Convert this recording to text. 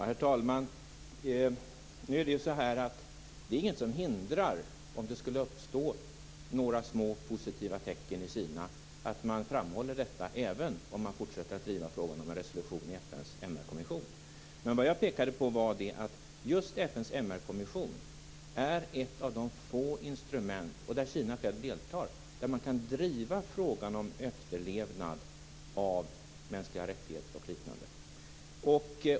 Herr talman! Om det skulle uppstå några små positiva tecken i Kina är det inget som hindrar att man framhåller detta även om man fortsätter att driva frågan om en resolution i FN:s MR-kommission. Det jag pekade på var att just FN:s MR-kommission, där Kina självt deltar, är ett av de få sammanhang där man kan driva frågan om efterlevnad när det gäller mänskliga rättigheter och liknande.